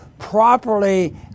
properly